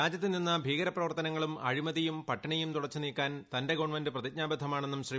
രാജ്യത്ത് നിന്ന് ഭീകര പ്രവർത്തനങ്ങളും അഴിമതിയും പട്ടിണിയും തുടച്ചു നീക്കുവാൻ തന്റെ ഗവൺമെന്റ് പ്രതിജ്ഞാബദ്ധമാണെന്നും ശ്രീ